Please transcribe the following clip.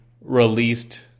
released